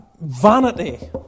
vanity